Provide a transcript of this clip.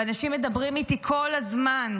ואנשים מדברים איתי כל הזמן,